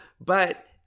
But-